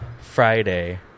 Friday